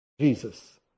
Jesus